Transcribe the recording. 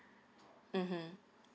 mmhmm